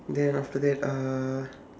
then after that uh